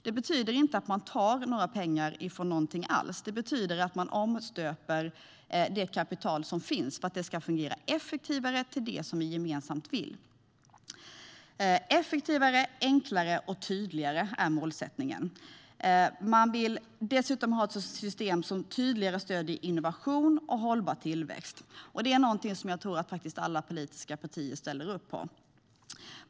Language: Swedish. Det betyder inte att man tar några pengar från någonting, utan det betyder att man omstöper det kapital som finns för att det ska fungera effektivare och användas till det som vi gemensamt vill använda det till. Effektivare, enklare och tydligare är målsättningen. Dessutom vill man ha ett system som tydligare stöder innovation och hållbar tillväxt. Det är någonting som jag tror att alla politiska partier ställer upp på.